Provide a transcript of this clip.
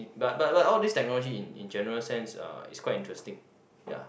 but but but all this technology in in general sense uh is quite interesting ya